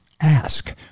ask